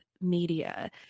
media